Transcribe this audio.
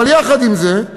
אבל יחד עם זה,